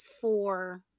four